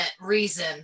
reason